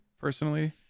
personally